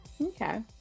Okay